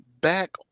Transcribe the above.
back